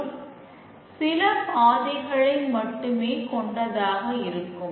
மற்றும் சில பாதைகளை மட்டுமே கொண்டதாக இருக்கும்